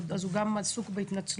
אז הוא גם עסוק בהתנצלויות,